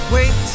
Wait